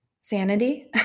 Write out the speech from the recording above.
sanity